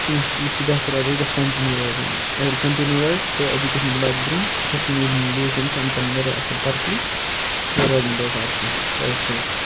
کینٛہہ تہِ یہِ چھِ بہتر روزان یہِ گژھِ کَنٹنیوٗ روزُن اَگر یہِ کَنٹنیوٗ روزِ تہٕ اؠجُکیشَن واتہِ برونٛہہ کشمیٖر ہٕنٛدۍ لوٗکھ یِم چھِ أمۍ کَرَن واریاہ اَصل تَرقی بیٚیہِ روزن نہٕ بؠکار کینٛہہ